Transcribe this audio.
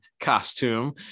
costume